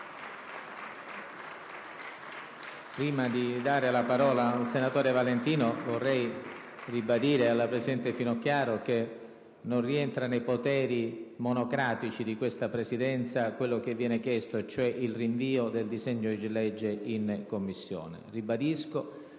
Prima di dare la parola al senatore Valentino, vorrei ribadire alla senatrice Finocchiaro che non rientra nei poteri monocratici di questa Presidenza quanto viene chiesto, cioè il rinvio del disegno di legge in Commissione.